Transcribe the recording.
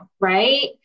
right